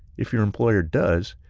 if your employer does,